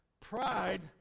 Pride